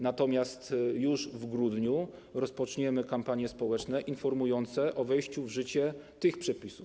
Natomiast już w grudniu rozpoczniemy kampanie społeczne informujące o wejściu w życie tych przepisów.